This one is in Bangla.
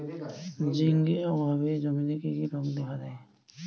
জিঙ্ক অভাবে জমিতে কি কি রোগ দেখাদেয়?